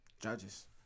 judges